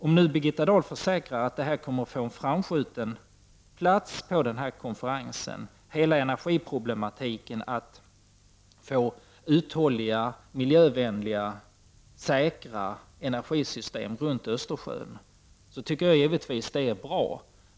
Om nu Birgitta Dahl försäkrar att dessa frågor kommer att få en framskjuten plats på konferensen — hela energiproblematiken, detta att få fram uthålliga, miljövänliga, säkra energisystem runt Östersjön — tycker jag givetvis att det är bra.